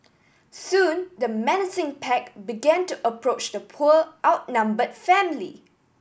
soon the menacing pack began to approach the poor outnumber family